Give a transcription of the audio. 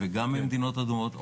גם ממדינות אדומות,